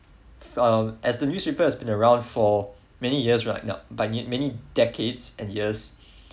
um as the newspaper has been around for many years right many many decades and years